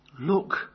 Look